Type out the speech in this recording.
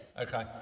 Okay